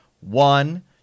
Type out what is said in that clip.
one